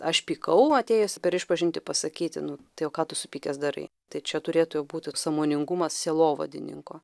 aš pykau atėjęs per išpažintį pasakyti nu tai o ką tu supykęs darai tai čia turėtų jau būti sąmoningumas sielovadininko